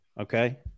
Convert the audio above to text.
okay